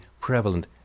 prevalent